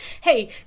hey